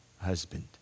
husband